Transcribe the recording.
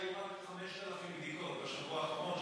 שהיו רק 5,000 בדיקות בשבוע האחרון,